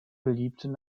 geliebten